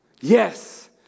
Yes